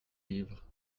livres